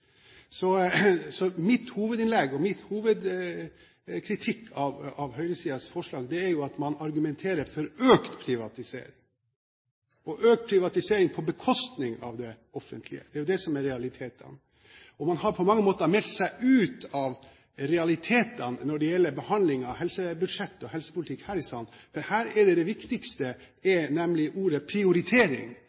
av høyresidens forslag er at man argumenterer for økt privatisering – økt privatisering på bekostning av det offentlige. Det er jo det som er realitetene. Man har på mange måter meldt seg ut av realitetene når det gjelder behandling av helsebudsjett og helsepolitikk her i salen, for det viktigste her er nemlig ordet «prioritering»: Vi er